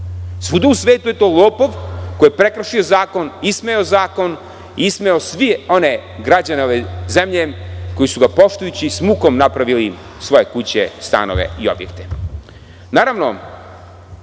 Svuda u svetu je to lopov koji je prekršio zakon, ismejao zakon, ismejao sve one građane ove zemlje koji su ga poštujući, s mukom napravili svoje kuće, stanove i objekte. Naravno,